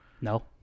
No